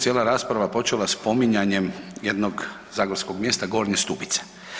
Cijela rasprava počela je spominjanjem jednog zagorskog mjesta Gornje Stubice.